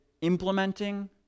implementing